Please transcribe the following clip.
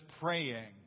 praying